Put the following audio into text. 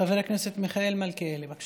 חבר הכנסת מיכאל מלכיאלי, בבקשה.